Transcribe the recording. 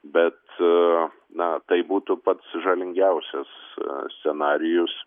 bet na tai būtų pats žalingiausias scenarijus